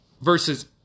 versus